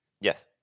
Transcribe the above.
Yes